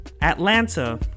Atlanta